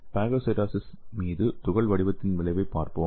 phagocytosis மீது துகள் வடிவத்தின் விளைவைப் பார்ப்போம்